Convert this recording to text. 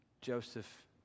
Joseph